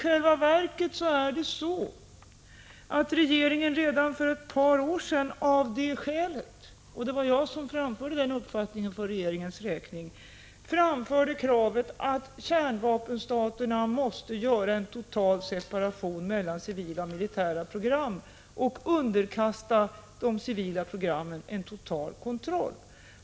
Av det skälet framförde jag för regeringens räkning redan för ett par år sedan kravet att kärnvapenstaterna skulle göra en total separation mellan civila och militära program och underkasta de civila programmen en total kontroll.